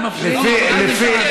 רק לפרוטוקול.